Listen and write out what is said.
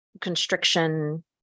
constriction